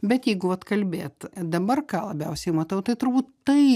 bet jeigu vat kalbėt dabar ką labiausiai matau tai turbūt tai